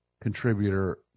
contributor